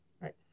right